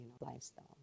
lifestyle